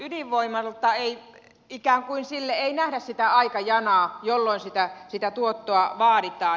ydinvoimalle ei ikään kuin nähdä aikajanaa jolloin sitä tuottoa vaaditaan